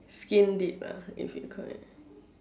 skin deep ah if you call it